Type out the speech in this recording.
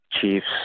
Chiefs